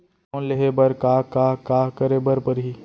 Loan लेहे बर का का का करे बर परहि?